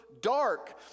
dark